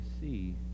see